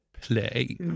play